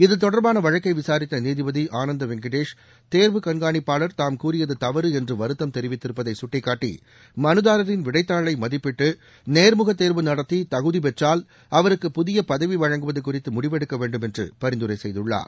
இதுதொடர்பான வழக்கை விசாரித்த நீதிபதி ஆனந்த வெங்கடேஷ் தேர்வு கண்காணிப்பாளர் தாம் கூறியது தவறு என்று வருத்தம் தெிவித்திருப்பதை கட்டிக்காட்டி மலுதாரின் விடைத்தாளை மதிப்பிட்டு நேர்முக தேர்வு நடத்தி தகுதிப் பெற்றால் அவருக்கு புதிய பதவி வழங்குவது குறித்து முடிவு எடுக்க வேண்டும் என்று பரிந்துரை செய்துள்ளார்